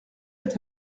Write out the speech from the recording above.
est